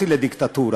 תודה.